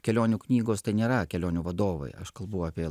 kelionių knygos tai nėra kelionių vadovai aš kalbu apie